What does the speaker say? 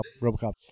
Robocop